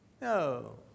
No